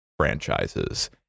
franchises